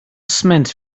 sment